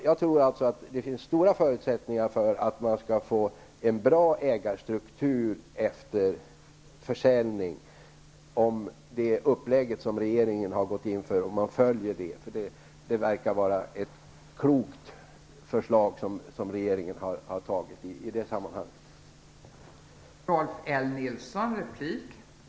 Jag tror att det finns stora förutsättningar för att man skall få en bra ägarstruktur efter försäljning om man följer det upplägg som regeringen har gått in för. Det förslag regeringen har kommit med i det sammanhanget verkar vara klokt.